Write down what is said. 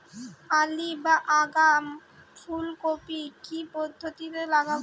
Early বা আগাম ফুল কপি কি পদ্ধতিতে লাগাবো?